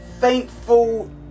thankful